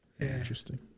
Interesting